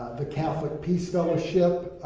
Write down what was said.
the catholic peace fellowship,